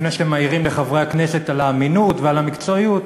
לפני שאתם מעירים לחברי הכנסת על האמינות ועל המקצועיות,